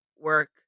work